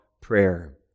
prayer